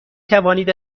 توانید